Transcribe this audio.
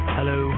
Hello